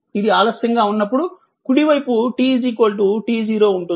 ఇది ఆలస్యంగా ఉన్నప్పుడు కుడివైపు t t0 ఉంటుంది